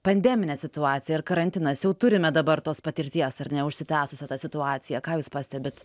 pandeminė situacija ir karantinas jau turime dabar tos patirties ar ne užsitęsusią tą situaciją ką jūs pastebit